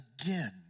again